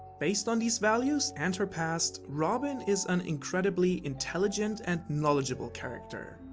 based on these values and her past, robin is an incredibly intelligent and knowledgeable character.